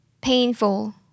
Painful